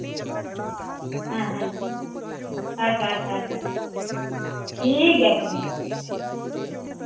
ᱦᱮᱸ ᱦᱮᱸ ᱟᱪᱪᱷᱟ ᱟᱪᱪᱷᱟ ᱟᱪᱪᱷᱟ ᱴᱷᱤᱠ ᱴᱷᱤᱠᱜᱮᱭᱟ ᱛᱚᱵᱮ